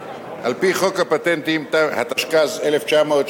על-פי חוק הפטנטים, התשכ"ז 1967,